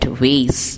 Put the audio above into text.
ways